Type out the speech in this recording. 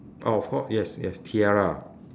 oh of cou~ yes yes tiara